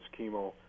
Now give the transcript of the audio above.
chemo